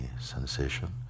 sensation